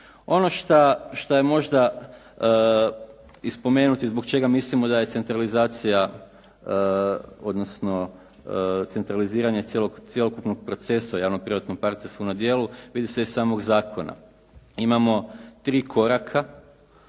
Ono šta je možda i spomenuti zbog čega mislimo da je centralizacija odnosno centraliziranje cjelokupnog procesa javno-privatnog partnerstva na djelu, vidi se iz samog zakona.